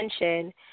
attention